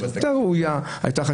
היה ראוי.